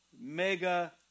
mega